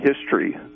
history